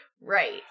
Right